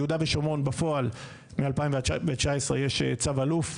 יהודה ושומרון בפועל מ-2019 יש צו אלוף.